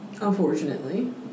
Unfortunately